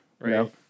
right